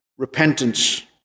Repentance